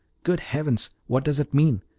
good heavens, what does it mean?